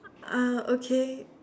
uh okay